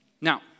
Now